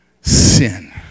sin